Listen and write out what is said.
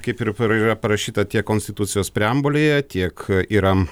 kaip ir yra parašyta tiek konstitucijos preambulėje tiek yra